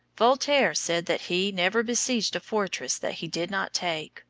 voltaire said that he never besieged a fortress that he did not take,